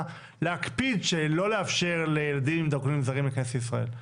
להקפיד שלא לאפשר לילדים עם דרכונים זרים להיכנס לישראל.